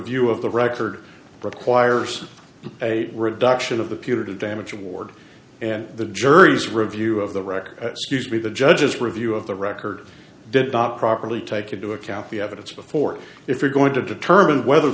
review of the record requires a reduction of the punitive damage award and the jury's review of the record be the judges review of the record did not properly take into account the evidence before if you're going to determine whether